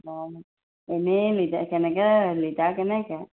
অঁ এনেই লিটাৰ কেনেকে লিটাৰ কেনেকে